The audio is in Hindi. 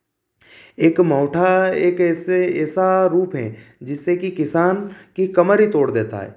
एक नौठा एक ऐसे ऐसा रूप है जिससे कि किसान की कमरे तोड़ देता है